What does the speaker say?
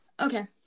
Okay